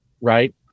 right